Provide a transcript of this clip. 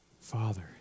Father